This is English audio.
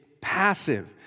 passive